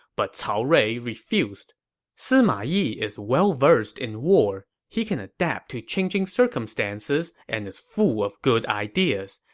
but cao rui refused sima yi is well-versed in war. he can adapt to changing circumstances and is full of good ideas.